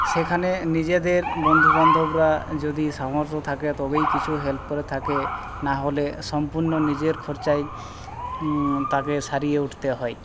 সেখানে নিজেদের বন্ধু বান্ধবরা যদি সামর্থ্য থাকে তবেই কিছু হেল্প করে থাকে নাহলে সম্পূর্ণ নিজের খরচায় তাকে সারিয়ে উঠতে হয়